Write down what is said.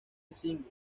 single